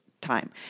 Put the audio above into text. time